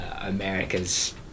America's